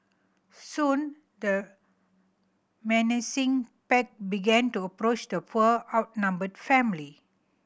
soon the menacing pack began to approach the poor outnumbered family